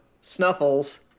Snuffles